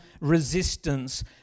resistance